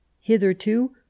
Hitherto